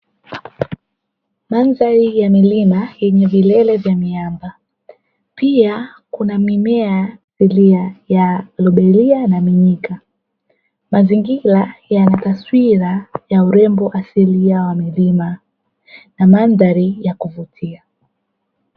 Mandhari ya milima yenye vilele vya miamba, pia kuna mimea ya luberia na mnyika. Mazingira yana taswira ya urembo asilia wa mzima, na mandhari ya kuvutia.